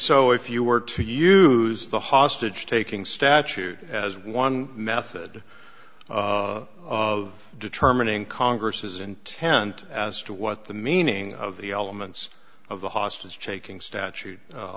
so if you were to use the hostage taking statute as one method of determining congress's intent as to what the meaning of the elements of the hostage taking statute